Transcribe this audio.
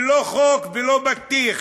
ולא חוק ולא בטיח,